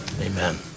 amen